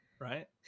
right